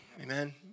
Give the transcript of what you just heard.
Amen